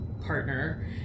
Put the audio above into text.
partner